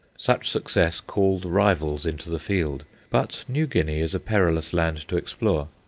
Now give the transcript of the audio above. such success called rivals into the field, but new guinea is a perilous land to explore.